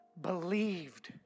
believed